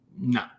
no